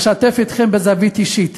אשתף אתכם בזווית אישית.